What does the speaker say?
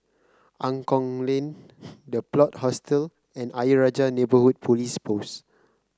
Angklong Lane The Plot Hostel and Ayer Rajah Neighbourhood Police Post